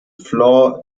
flaw